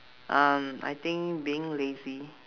um I think being lazy